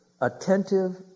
Attentive